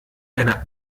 eine